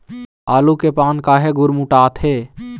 आलू के पान काहे गुरमुटाथे?